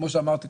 כמו שאמרתי,